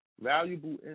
valuable